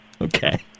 Okay